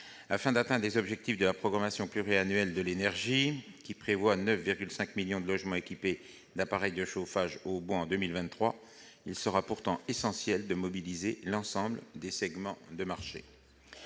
Afin d'atteindre les objectifs de la programmation pluriannuelle de l'énergie, qui prévoit que 9,5 millions de logements soient équipés d'appareils de chauffage au bois en 2023, il sera pourtant essentiel de mobiliser l'ensemble des segments du marché.